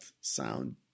sound